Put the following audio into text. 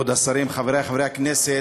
כבוד השרים, חברי חברי הכנסת,